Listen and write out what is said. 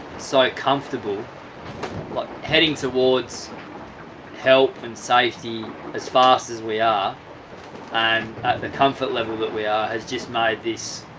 so comfortable like heading towards help and safety as fast as we are and at the comfort level that we are has just made this